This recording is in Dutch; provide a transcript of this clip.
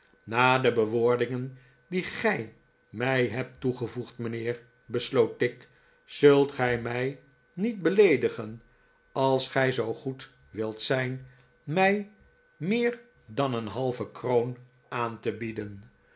na de bewoordingen die gij mij hebt toegevoegd mijnheer besloot tigg zult gij mij niet beleedigen als gij zoo goed wilt zijn mij meer dan een halve kroon aan te bieden